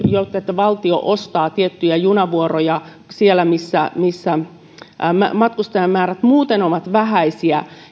että valtio ostaa tiettyjä junavuoroja siellä missä missä matkustajamäärät muuten ovat vähäisiä